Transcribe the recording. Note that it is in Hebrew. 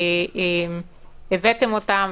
הבאת אותם,